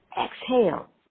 exhale